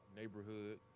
neighborhood